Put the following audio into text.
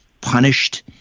punished